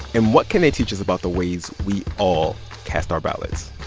and what can they teach us about the ways we all cast our ballots?